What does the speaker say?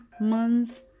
months